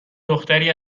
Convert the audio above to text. دختری